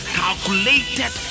calculated